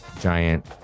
giant